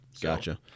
gotcha